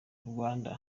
rwanda